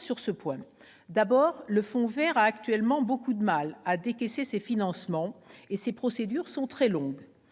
sur ce point. D'abord, le Fonds vert a actuellement beaucoup de mal à décaisser ses financements, et ses procédures sont très longues.